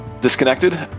disconnected